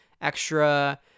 extra